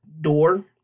door